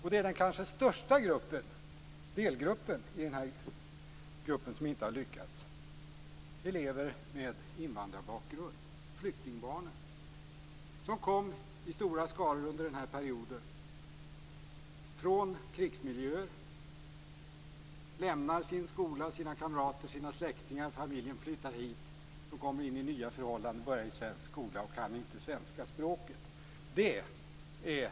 Och det är den kanske största delgruppen bland dem som inte har lyckats: eleverna med invandrarbakgrund, flyktingbarnen, som kom i stora skaror under den här perioden. Familjen flyttar hit, de kommer in i nya förhållanden, börjar i svensk skola och kan inte svenska språket.